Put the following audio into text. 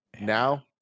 Now